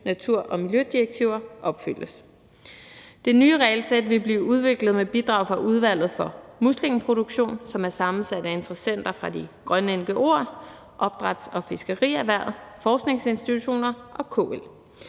natur- og miljødirektiver opfyldes. Det nye regelsæt vil blive udviklet med bidrag fra Udvalget for muslingeproduktion, som er sammensat af interessenter fra de grønne ngo'er, opdræts- og fiskerierhvervet, forskningsinstitutioner og KL.